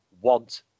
want